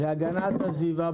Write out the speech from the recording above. להגנת הסביבה.